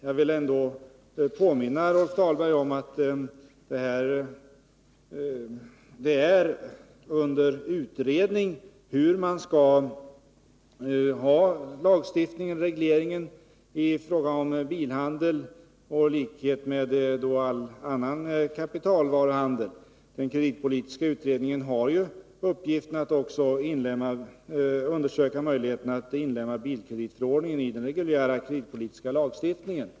Jag vill ändå påminna Rolf Dahlberg om att det är under utredning hur man skall ha regleringen av bilhandeln och all annan kapitalvaruhandel. Den kreditpolitiska utredningen har ju uppgiften att undersöka möjligheterna att inlemma också bilkreditförordningen i den reguljära kreditpolitiska lagstiftningen.